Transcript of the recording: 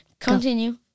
Continue